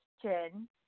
question